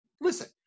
listen